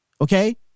okay